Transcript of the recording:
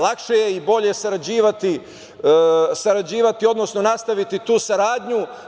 Lakše je i bolje sarađivati, odnosno nastaviti tu saradnju.